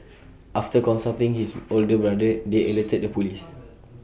after consulting his older brother they alerted the Police